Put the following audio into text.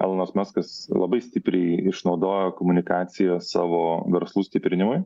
elonas maskas labai stipriai išnaudojo komunikaciją savo verslų stiprinimui